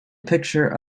picture